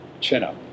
chin-up